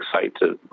excited